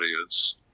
audience